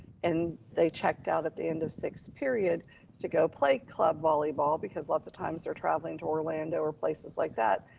and they checked out at the end of sixth period to go play club volleyball because lots of times they're traveling to orlando or places like that.